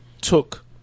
took